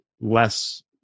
less